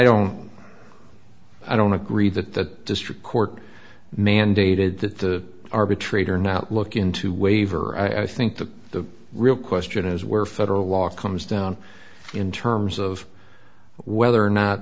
don't i don't agree that the district court mandated that the arbitrator not look into waiver i think the the real question is where federal law comes down in terms of whether or not